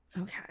Okay